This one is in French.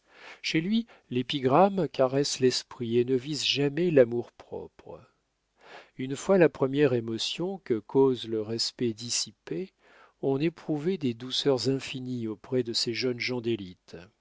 chez lui l'épigramme caresse l'esprit et ne vise jamais l'amour-propre une fois la première émotion que cause le respect dissipée on éprouvait des douceurs infinies auprès de ces jeunes gens d'élite